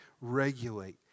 regulate